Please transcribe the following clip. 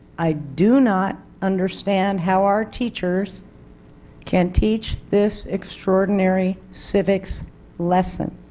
i do not understand how our teachers can teach this extraordinary civics lesson.